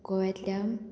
गोंव्यातल्या